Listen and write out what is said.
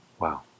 Wow